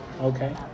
Okay